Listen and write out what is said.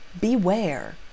beware